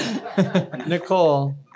Nicole